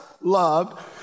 loved